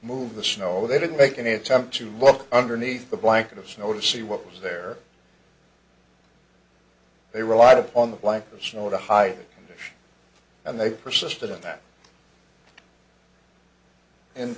move the snow they didn't make any attempt to look underneath the blanket of snow to see what was there they relied upon the blanket of snow to hide and they persisted in that in